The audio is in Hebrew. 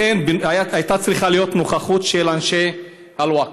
לכן, הייתה צריכה להיות נוכחות של אנשי הווקף.